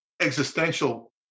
existential